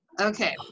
Okay